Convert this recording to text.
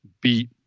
beat